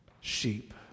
sheep